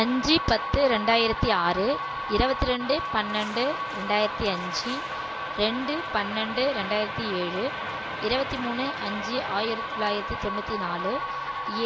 அஞ்சு பத்து ரெண்டாயிரத்தி ஆறு இருபத்ரெண்டு பன்னெரெண்டு ரெண்டாயிரத்தி அஞ்சு ரெண்டு பன்னெரெண்டு ரெண்டாயிரத்தி ஏழு இருபத்தி மூணு அஞ்சு ஆயிரத்தி தொள்ளாயிரத்தி தொண்ணூற்றி நாலு